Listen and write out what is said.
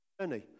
journey